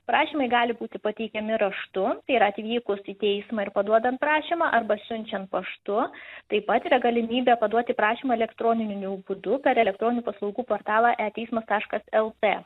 prašymai gali būti pateikiami raštu tai yra atvykus į teismą ir paduodant prašymą arba siunčiant paštu taip pat yra galimybė paduoti prašymą elektronininiu būdu per elektroninių paslaugų portalą e teismas taškas lt